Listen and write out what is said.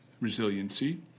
resiliency